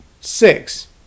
Six